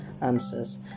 answers